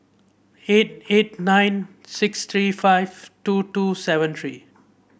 eight eight nine six three five two two seven three